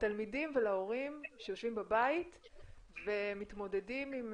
לתלמידים ולהורים שיושבים בבית ומתמודדים עם